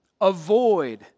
avoid